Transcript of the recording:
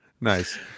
Nice